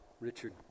Richard